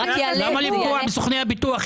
למה לפגוע בסוכנו הביטוח?